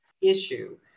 issue